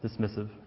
dismissive